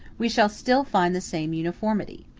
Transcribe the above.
we shall still find the same uniformity.